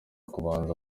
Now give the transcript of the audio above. kubanza